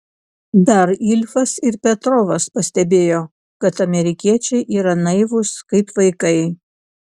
dar ilfas ir petrovas pastebėjo kad amerikiečiai yra naivūs kaip vaikai